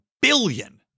billion